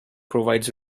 provides